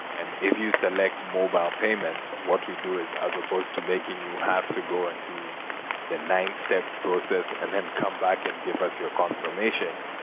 and if you select mobile payment, what we do is, as supposed to making you have to go and do the nine-step process, and then come back and give us your confirmation,